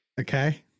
Okay